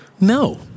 No